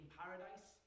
paradise